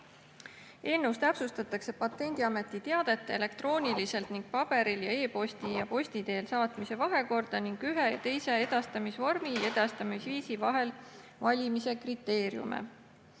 Eelnõus täpsustatakse Patendiameti teadete elektrooniliselt ja paberil ning e-posti ja posti teel saatmise vahekorda ning ühe ja teise edastamise vormi ning edastamise viisi vahel valimise kriteeriume.